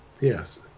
yes